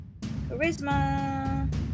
Charisma